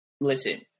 Listen